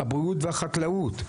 הבריאות והחקלאות.